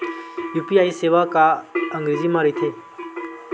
UPI सेवा का अंग्रेजी मा रहीथे?